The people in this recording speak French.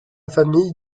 famille